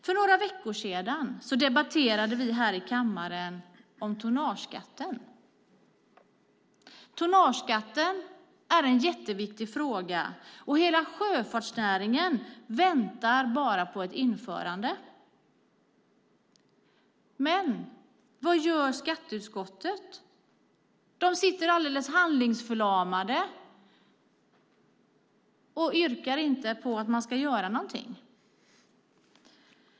För några veckor sedan debatterade vi här i kammaren om tonnageskatten. Tonnageskatten är en jätteviktig fråga och hela sjöfartsnäringen väntar bara på ett införande. Men vad gör skatteutskottet? De sitter alldeles handlingsförlamade och yrkar inte på att man ska göra någonting.